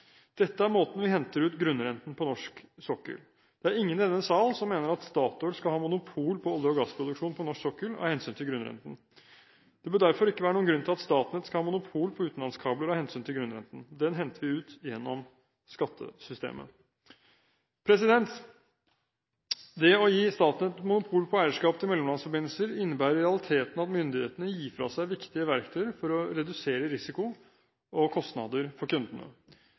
Dette er måten vi henter ut grunnrenten på på norsk sokkel. Det er ingen i denne sal som mener at Statoil skal ha monopol på olje- og gassproduksjon på norsk sokkel av hensyn til grunnrenten. Det bør derfor ikke være noen grunn til at Statnett skal ha monopol på utenlandskabler av hensyn til grunnrenten – den henter vi ut gjennom skattesystemet. Det å gi Statnett monopol på eierskapet til mellomlandsforbindelser innebærer i realiteten at myndighetene gir fra seg viktige verktøy for å redusere risiko og kostnader for kundene.